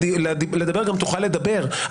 פיניטו לדמוקרטיה הישראלית.